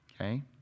Okay